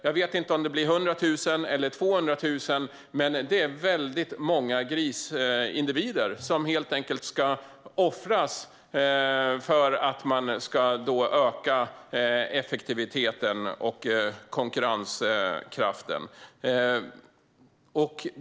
Jag vet inte om det blir 100 000 eller 200 000, men det är väldigt många grisindivider som helt enkelt ska offras för att man ska öka effektiviteten och konkurrenskraften.